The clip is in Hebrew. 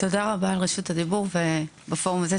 תודה רבה על רשות הדיבור בפורום הזה,